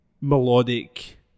melodic